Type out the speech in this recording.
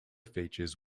features